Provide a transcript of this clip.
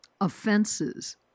offenses